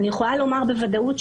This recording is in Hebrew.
אני יכולה לומר בוודאות,